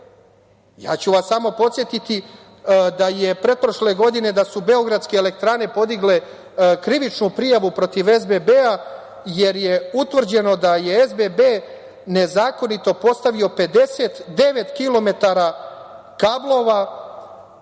Samo ću vas podsetiti da je pretprošle godine da su Beogradske elektrane podigle krivičnu prijavu protiv SBB-a, jer je utvrđeno da je SBB nezakonito postavio 59km kablova